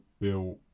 built